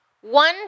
One